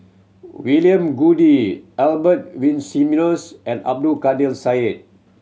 William Goode Albert Winsemius and Abdul Kadir Syed